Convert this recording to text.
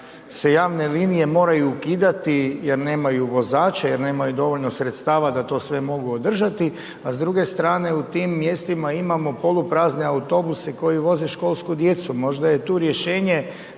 se javne linije moraju ukidati, jer nemaju vozača, jer nemaju dovoljno sredstava, da sve to mogu održati, a s druge strane, u tim mjestima imamo poluprazne autobuse koji voze školsku djecu. Možda je tu rješenje,